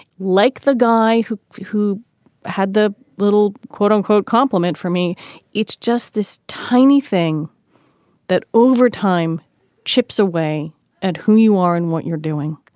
like the guy who who had the little quote unquote compliment for me it's just this tiny thing that overtime chips away at and who you are and what you're doing.